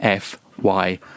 FY